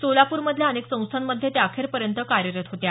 सोलापूरमधल्या अनेक संस्थामधे त्या अखेरपर्यंत कार्यरत होत्या